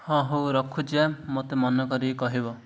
ହଁ ହଉ ରଖୁଛି ମୋତେ ମନେ କରିକି କହିବ